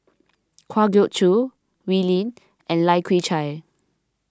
Kwa Geok Choo Wee Lin and Lai Kew Chai